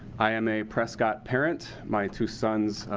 i am a prescott parent. my two sons,